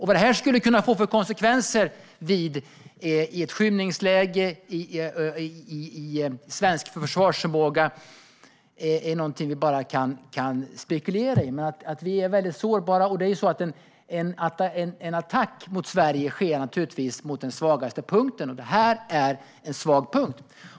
Vad detta skulle kunna få för konsekvenser i ett skymningsläge i svensk försvarsförmåga är någonting vi bara kan spekulera i, men vi är väldigt sårbara. En attack mot Sverige sker naturligtvis mot den svagaste punkten, och detta är en svag punkt.